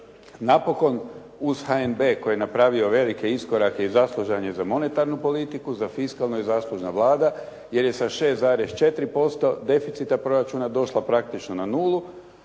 Napokon, uz HNB koji je napravio velike iskorake i zaslužan je za monetarnu politiku, za fiskalnu je zaslužna Vlada jer je sa 6,4% deficita proračuna došla praktično na nulu.